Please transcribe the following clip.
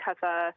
cover